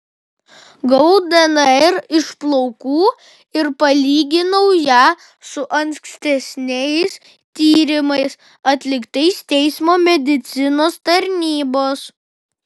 gavau dnr iš plaukų ir palyginau ją su ankstesniais tyrimais atliktais teismo medicinos tarnybos